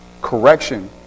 correction